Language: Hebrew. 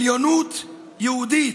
עליונות יהודית.